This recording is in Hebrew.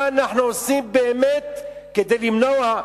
מה אנחנו עושים באמת כדי למנוע,